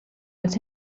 als